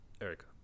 Erica